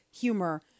humor